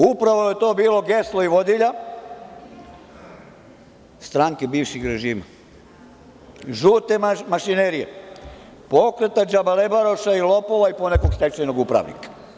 Upravo je to bilo geslo i vodilja stranke bivših režima, žute mašinerije, pokreta džabalebaroša, lopova i ponekog stečajnog upravnika.